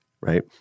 right